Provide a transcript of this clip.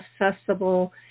accessible